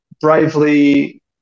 bravely